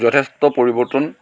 যথেষ্ট পৰিৱৰ্তন